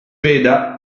veda